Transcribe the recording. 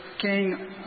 King